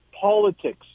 politics